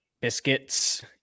Biscuits